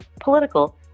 political